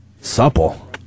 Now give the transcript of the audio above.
Supple